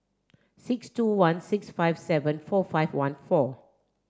six two one six five seven four five one four